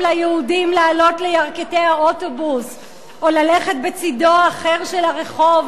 ליהודים לעלות לירכתי האוטובוס או ללכת בצדו האחר של הרחוב,